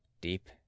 deep